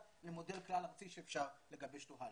למודל כלל ארצי שאפשר לגבש אותו הלאה.